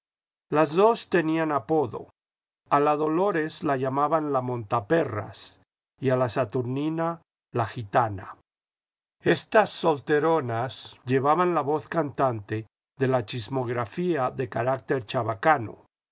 las dos tenían apodo a la dolores la llamaban la montaperras y a la saturnina la gitana estas solteronas llevaban la voz cantante de la chismografía de carácter chabacano